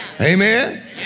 Amen